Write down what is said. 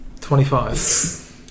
Twenty-five